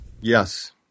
Yes